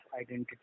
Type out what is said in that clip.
identity